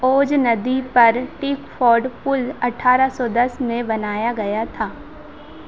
ओज नदी पर टिकफ़ोर्ड पुल अट्ठारह सौ दस में बनाया गया था